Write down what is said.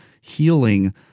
healing